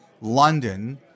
London